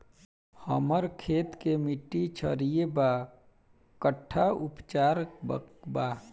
हमर खेत के मिट्टी क्षारीय बा कट्ठा उपचार बा?